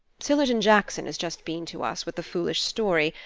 sillerton jackson has just been to us with the foolish story,